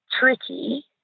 tricky